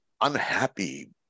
unhappy